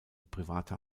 privater